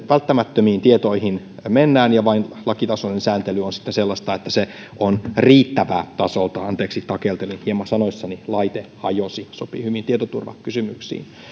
välttämättömiin tietoihin mennään ja lakitasoinen sääntely on sitten sellaista että se on riittävää tasoltaan anteeksi takeltelin hieman sanoissani laite hajosi sopii hyvin tietoturvakysymyksiin